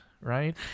right